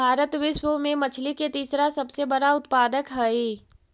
भारत विश्व में मछली के तीसरा सबसे बड़ा उत्पादक हई